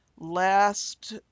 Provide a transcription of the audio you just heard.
Last